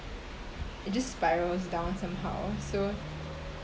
it just spirals down somehow so